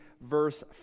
verse